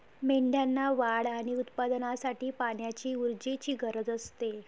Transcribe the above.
मेंढ्यांना वाढ आणि उत्पादनासाठी पाण्याची ऊर्जेची गरज असते